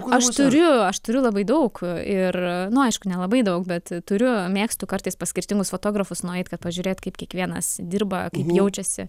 aš turiu aš turiu labai daug ir nu aišku nelabai daug bet turiu mėgstu kartais pas skirtingus fotografus nueit kad pažiūrėt kaip kiekvienas dirba kaip jaučiasi